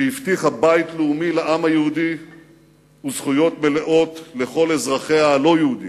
שהבטיחה בית לאומי לעם היהודי וזכויות מלאות לכל אזרחיה הלא-יהודים.